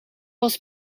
was